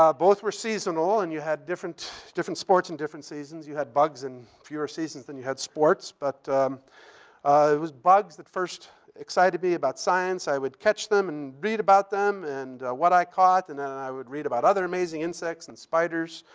um both were seasonal, and you had different different sports and different seasons. you had bugs in fewer seasons than you had sports, but it was bugs that first excited me about science. i would catch them and read about them and what i caught, and and i would read about other amazing insects and spiders.